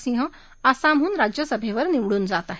सिंह आसामधून राज्यसभेवर निवडून जात आहेत